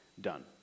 done